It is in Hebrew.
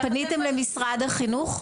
פניתם למשרד החינוך?